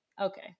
okay